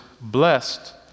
blessed